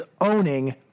owning